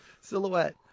Silhouette